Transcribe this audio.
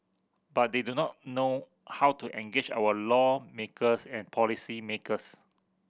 but they do not know how to engage our lawmakers and policymakers